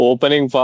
Opening